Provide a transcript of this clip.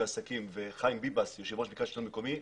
עסקים וחיים ביבס יושב ראש מרכז השלטון המקומי,